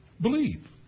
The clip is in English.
Believe